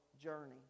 journey